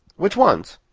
which ones?